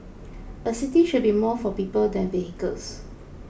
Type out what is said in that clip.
a city should be more for people than vehicles